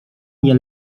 nie